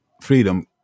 Freedom